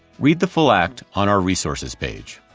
read the full act on our resources page.